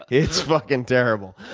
it's fucking terrible.